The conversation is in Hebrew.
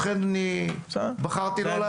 לכן אני בחרתי לא להצביע.